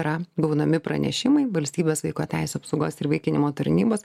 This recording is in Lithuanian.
yra gaunami pranešimai valstybės vaiko teisių apsaugos ir įvaikinimo tarnybas